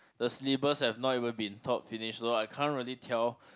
the slippers have not even been taught finish loh I can't really tell